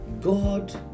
god